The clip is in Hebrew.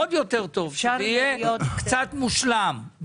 שיהיה קצת מושלם,